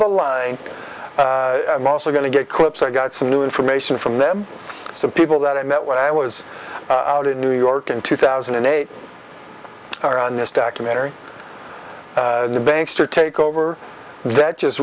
lives also going to get clips i got some new information from them so people that i met when i was out in new york in two thousand and eight are on this documentary the banks to take over that just